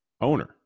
owner